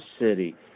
city